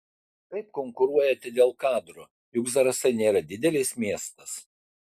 kaip konkuruojate dėl kadro juk zarasai nėra didelis miestas